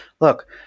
look